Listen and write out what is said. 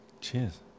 Cheers